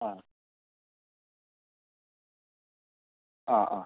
ആ ആ ആ